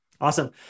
Awesome